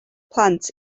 plant